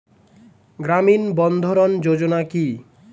গ্রামীণ বন্ধরন যোজনা কি?